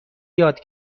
یاد